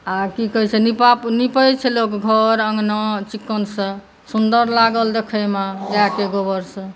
आ की कहै छै निपै छै लोक घर अङ्गना चिकनसँ सुन्दर लागल देखैमे गाय के गोबरसँ